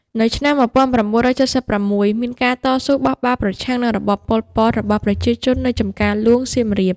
នៅឆ្នាំ ១៩៧៦ មានការតស៊ូបះបោរប្រឆាំង និងរបប ប៉ុល ពត របស់ប្រជាជននៅ ចម្ការហ្លួងសៀមរាប។